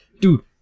Dude